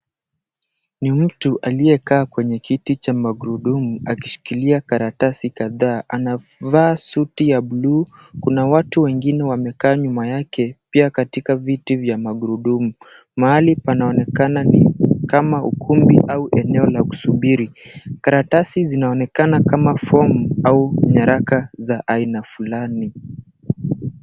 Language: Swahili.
Ni mtu aliyekaa kwenye kiti cha magurudumu akishikilia karatasi kadhaa. Anavaa suti ya bluu, kuna watu wengine wamekaa nyuma yake pia katika viti vya magurudumu. Mahali panaonekana ni kama ukumbi au eneo la kusubiri. Karatasi zinaonekana kama fomu au nyaraka za aina fulani.